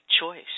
choice